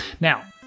Now